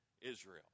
Israel